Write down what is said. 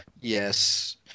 Yes